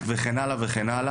וכן הלאה,